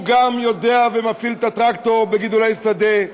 הוא גם יודע ומפעיל את הטרקטור בגידולי שדה,